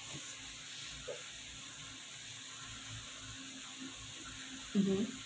mmhmm